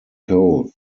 coe